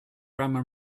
grammar